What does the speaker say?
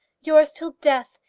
yours till death,